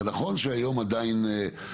נכון שהיום עדיין אין מספיק,